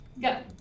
Go